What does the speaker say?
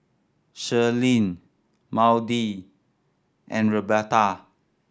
Shirleen Maude and Roberta